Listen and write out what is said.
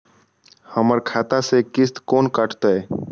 हमर खाता से किस्त कोना कटतै?